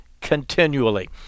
continually